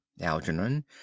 Algernon